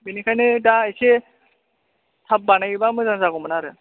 बेनिखायनो दा एसे थाब बानायोबा मोजां जागौमोन आरो